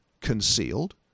concealed